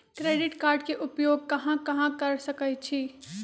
Credit card के उपयोग कहां कहां कर सकईछी?